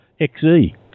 XE